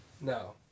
No